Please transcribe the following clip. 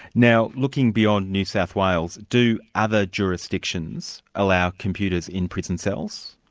now looking beyond new south wales, do other jurisdictions allow computers in prison cells?